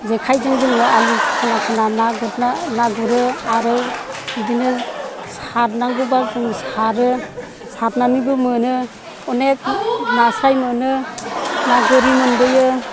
जेखायजों जोङो आलि खना खना ना गुरनो ना गुरो आरो बिदिनो सादनांगौब्ला जों सारो सारनानैबो मोनो अनेख नास्राय मोनो ना गोरि मोनबोयो